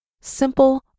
simple